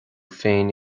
féin